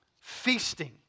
feasting